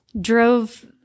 drove